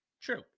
True